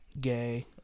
gay